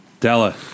Della